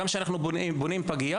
גם כשאנחנו בונים פגייה,